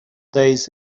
days